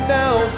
now